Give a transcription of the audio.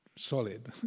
solid